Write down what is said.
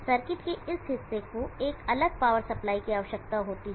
circuit के इस हिस्से को एक अलग पावर सप्लाई की आवश्यकता होती है